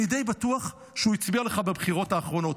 אני די בטוח שהוא הצביע לך בבחירות האחרונות.